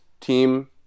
team